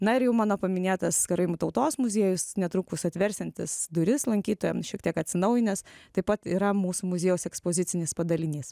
na ir jau mano paminėtas karaimų tautos muziejus netrukus atversiantis duris lankytojams šiek tiek atsinaujinęs taip pat yra mūsų muziejaus ekspozicinis padalinys